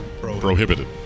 prohibited